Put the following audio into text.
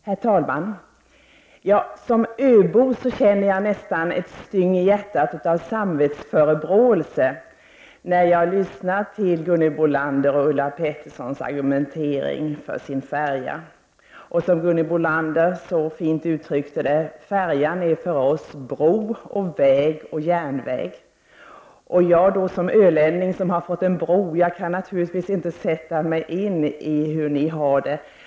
Herr talman! Som öbo känner jag nästan ett sting i hjärtat av samvetsförebråelser när jag lyssnar på Gunhild Bolanders och Ulla Petterssons argumentering för sin färja. Som Gunhild Bolander så fint uttryckte det är färjan för dem bro, väg och järnväg. Jag som ölänning och som har fått en bro har naturligtvis svårt att sätta mig in i hur ni har det.